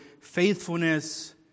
Faithfulness